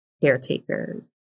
caretakers